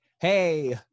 Hey